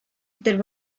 there